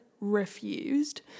refused